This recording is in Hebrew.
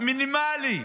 מינימלי.